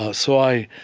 ah so i,